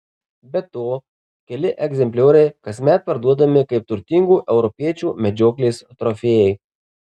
be to keli egzemplioriai kasmet parduodami kaip turtingų europiečių medžioklės trofėjai